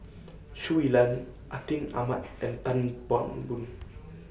Shui Lan Atin Amat and Tan Chan Boon